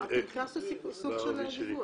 הפנקס הוא סוג של דיווח.